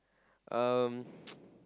um